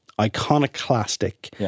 iconoclastic